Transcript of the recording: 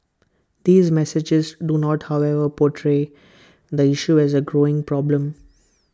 these messages do not however portray the issue as A growing problem